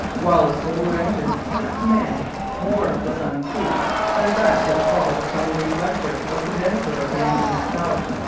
while a solar engine cannot command more of the sun's heat than that which falls upon the reflector or condenser of the engine itself.